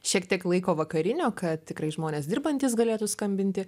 šiek tiek laiko vakarinio kad tikrai žmonės dirbantys galėtų skambinti